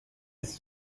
ist